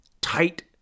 tight